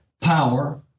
power